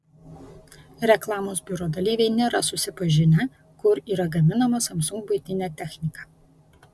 reklamos biuro dalyviai nėra susipažinę kur yra gaminama samsung buitinė technika